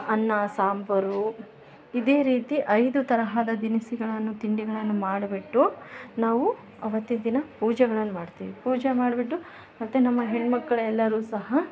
ಅನ್ನ ಸಾಂಬಾರು ಇದೇ ರೀತಿ ಐದು ತರಹದ ದಿನಸುಗಳನ್ನ ತಿಂಡಿಗಳನ್ನ ಮಾಡ್ಬಿಟ್ಟು ನಾವು ಅವತ್ತಿನ ದಿನ ಪೂಜೆಗಳನ್ನ ಮಾಡ್ತೀವಿ ಪೂಜೆ ಮಾಡ್ಬಿಟ್ಟು ಮತ್ತು ನಮ್ಮ ಹೆಣ್ಣು ಮಕ್ಳ ಎಲ್ಲರು ಸಹ